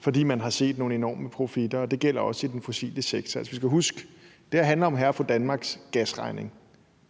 fordi man har set nogle enorme profitter, og det gælder også i den fossile sektor. Og vi skal huske, at det her handler om hr. og fru Danmarks gasregning.